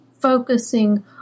focusing